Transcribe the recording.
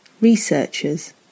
researchers